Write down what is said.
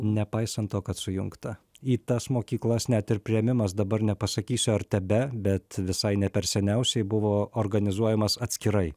nepaisant to kad sujungta į tas mokyklas net ir priėmimas dabar nepasakysiu ar tebe bet visai ne per seniausiai buvo organizuojamas atskirai